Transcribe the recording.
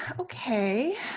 okay